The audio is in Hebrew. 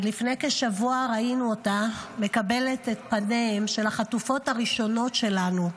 ולפני כשבוע ראינו אותה מקבלת את פניהן של החטופות הראשונות שלנו,